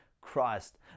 Christ